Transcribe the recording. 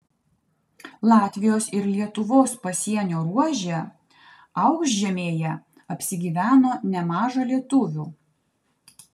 latvijos ir lietuvos pasienio ruože aukšžemėje apsigyveno nemaža lietuvių